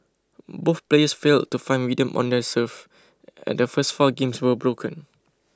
both players failed to find rhythm on their serve and the first four games were broken